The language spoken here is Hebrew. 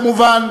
כמובן,